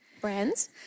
brands